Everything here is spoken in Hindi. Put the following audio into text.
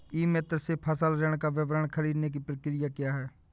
ई मित्र से फसल ऋण का विवरण ख़रीदने की प्रक्रिया क्या है?